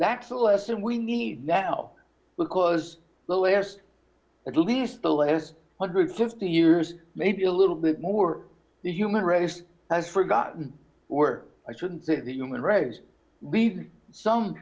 that's a lesson we need now because the last at least the last one hundred and fifty years maybe a little bit more the human race has forgotten or i should say the human race lead some